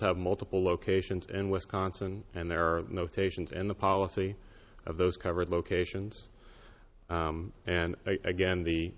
have multiple locations and wisconsin and there are notations and the policy of those covered locations and again the